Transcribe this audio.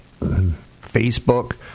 Facebook